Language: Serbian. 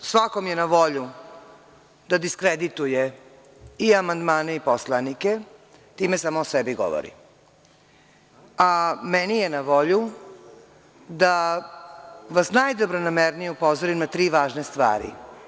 Svakom je na volju da diskredituje i amandmane i poslanike, time samo o sebi govori, a meni je na volju da vas najdobronamernije upozorim na tri važne stvari.